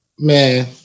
Man